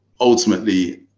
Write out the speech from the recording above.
ultimately